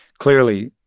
clearly,